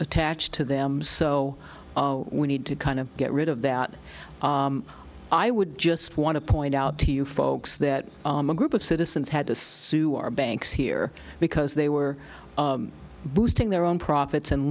attached to them so we need to kind of get rid of that i would just want to point out to you folks that group of citizens had to sue our banks here because they were boosting their own profits and